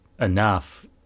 enough